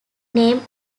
name